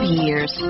years